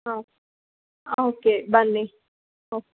ಹಾಂ ಹಾಂ ಓಕೆ ಬನ್ನಿ ಓಕೆ